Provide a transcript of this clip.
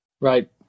Right